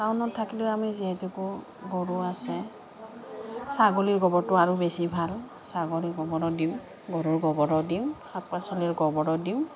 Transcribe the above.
টাউনত থাকিলে আমি যিহেতুকে গৰু আছে ছাগলীৰ গোবৰটো আৰু বেছি ভাল ছাগলী গোবৰো দিওঁ গৰুৰ গোবৰো দিওঁ শাক পাচলিৰ গোবৰো দিওঁ